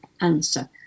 answer